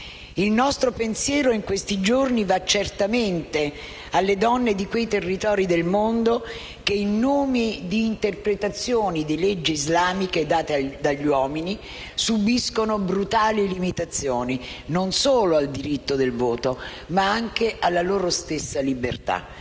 Il nostro pensiero, in questi giorni, va certamente alle donne di quei territori del mondo che, in nome di interpretazioni delle leggi islamiche date dagli uomini, subiscono brutali limitazioni, e non solo al diritto di voto, ma anche alla loro stessa libertà.